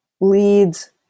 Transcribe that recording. leads